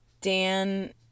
Dan